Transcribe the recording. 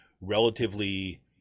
relatively